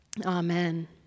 Amen